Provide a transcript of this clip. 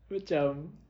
macam